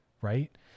right